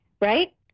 right